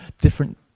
different